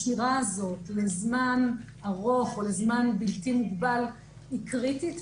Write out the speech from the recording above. השמירה הזאת לזמן ארוך או לזמן בלתי מוגבל היא קריטית,